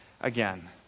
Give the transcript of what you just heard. again